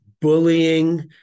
bullying